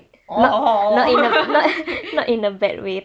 oh oh oh